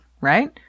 right